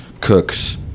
cooks